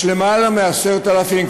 יש למעלה מ-10,000,